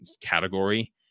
category